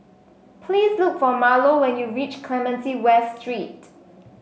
please look for Marlo when you reach Clementi West Street